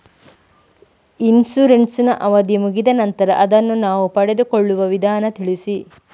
Insurance ನ ಅವಧಿ ಮುಗಿದ ನಂತರ ಅದನ್ನು ನಾವು ಪಡೆದುಕೊಳ್ಳುವ ವಿಧಾನ ತಿಳಿಸಿ?